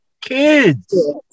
kids